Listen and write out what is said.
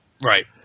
Right